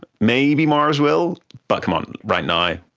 maybe mars will, but come on, right now,